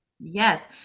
Yes